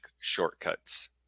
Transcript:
shortcuts